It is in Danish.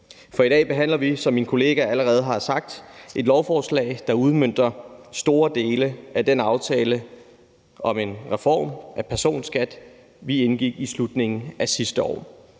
For i dag behandler vi, som min kollega allerede har sagt, et lovforslag, der udmønter store dele af den aftale om en reform af personskat, vi indgik i slutningen af sidste år.